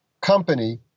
company